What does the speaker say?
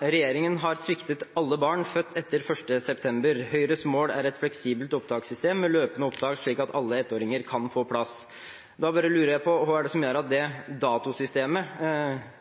«Regjeringen har sviktet alle barn født etter 1. september. Høyres mål er et fleksibelt opptakssystem med løpende opptak slik at alle ettåringer kan få plass.» Da bare lurer jeg på hva det er som gjør at det datosystemet